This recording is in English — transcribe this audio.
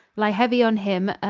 lie heavy on him,